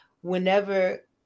whenever